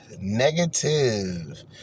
Negative